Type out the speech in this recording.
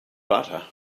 butter